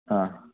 ആ